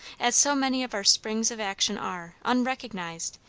as so many of our springs of action are, unrecognised,